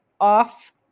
off